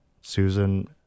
Susan